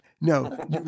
No